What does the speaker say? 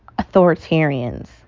authoritarians